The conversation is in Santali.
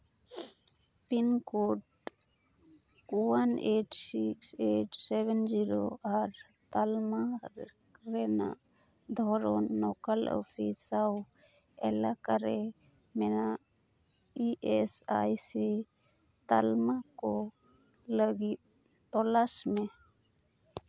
pin code one eight six eight seven zero ᱟᱨ ᱛᱟᱞᱢᱟ ᱨᱮᱱᱟᱜ ᱫᱷᱚᱨᱚᱱ ᱞᱳᱠᱟᱞ ᱚᱯᱷᱤᱥ ᱥᱟᱶ ᱮᱞᱟᱠᱟᱨᱮ ᱢᱮᱱᱟᱜ ᱤ ᱮᱥ ᱟᱭ ᱥᱤ ᱛᱟᱞᱢᱟ ᱠᱚ ᱞᱟᱹᱜᱤᱫ ᱛᱚᱞᱟᱥ ᱢᱮ